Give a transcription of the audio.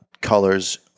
colors